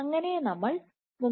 അങ്ങനെ നമ്മൾ മുകളിലേക്ക് വലിച്ചു